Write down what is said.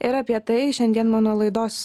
ir apie tai šiandien mano laidos